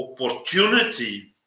opportunity